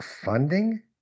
funding